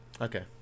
okay